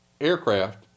aircraft